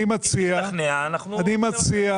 אנחנו נבדוק את זה.